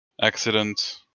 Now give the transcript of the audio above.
accident